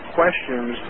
questions